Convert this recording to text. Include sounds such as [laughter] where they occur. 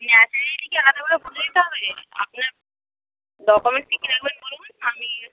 nationality কি আলাদা করে বলে দিতে হবে [unintelligible] আপনার ডকুমেন্টস কী কী লাগবে [unintelligible] বলুন আমি